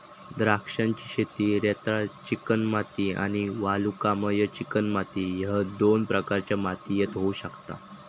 द्राक्षांची शेती रेताळ चिकणमाती आणि वालुकामय चिकणमाती ह्य दोन प्रकारच्या मातीयेत होऊ शकता